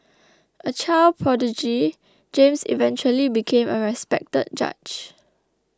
a child prodigy James eventually became a respected judge